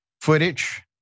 footage